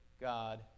God